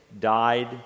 died